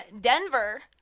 Denver